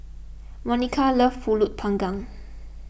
Monica loves Pulut Panggang